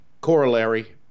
corollary